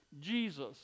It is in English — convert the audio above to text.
Jesus